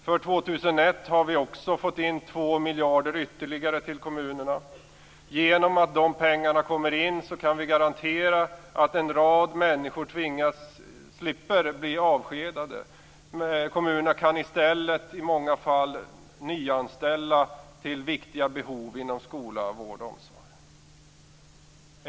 För 2001 har vi också fått in 2 miljarder ytterligare till kommunerna. Därigenom kan vi garantera att en rad människor slipper bli avskedade. Kommunerna kan i stället i många fall nyanställa för viktiga behov inom skola, vård och omsorg.